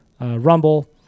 rumble